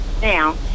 now